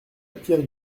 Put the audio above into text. pierre